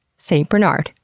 st. bernard.